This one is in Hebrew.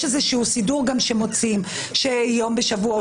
יש סידור שמוציאים יום בשבוע,